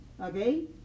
okay